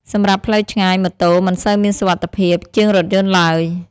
សម្រាប់ផ្លូវឆ្ងាយ ម៉ូតូ មិនសូវមានសុវត្ថិភាព ជាងរថយន្តឡើយ។